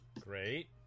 Great